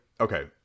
okay